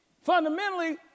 Fundamentally